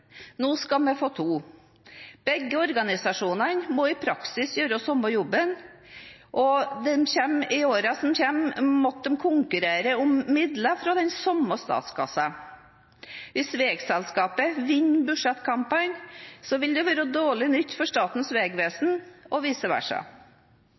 Nå skal vi få to. Begge organisasjonene må i praksis gjøre den samme jobben, og de må i årene som kommer, konkurrere om midler fra den samme statskassa. Hvis veiselskapet «vinner» budsjettkampene, vil det være dårlig nytt for Statens vegvesen – og vice versa.